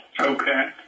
okay